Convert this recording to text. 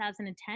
2010